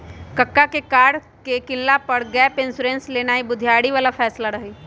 कक्का के कार के किनला पर गैप इंश्योरेंस लेनाइ बुधियारी बला फैसला रहइ